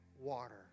water